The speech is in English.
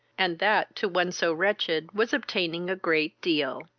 and that to one so wretched was obtaining a great deal.